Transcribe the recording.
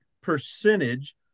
percentage